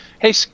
hey